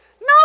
No